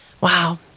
wow